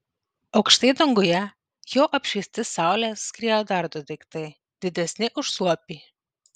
aukštai danguje jau apšviesti saulės skriejo dar du daiktai didesni už suopį